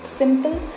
simple